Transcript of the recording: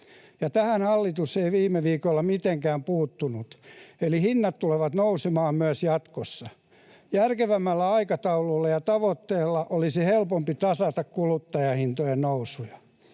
Tähän hallitus ei viime viikolla mitenkään puuttunut, eli hinnat tulevat nousemaan myös jatkossa. Järkevämmällä aikataululla ja tavoitteella olisi helpompi tasata kuluttajahintojen nousuja.